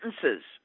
sentences